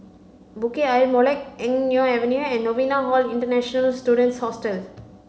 Bukit Ayer Molek Eng Neo Avenue and Novena Hall International Students Hostel